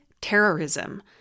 terrorism